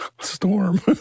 storm